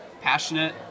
passionate